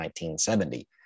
1970